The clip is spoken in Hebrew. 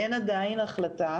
אין עדיין החלטה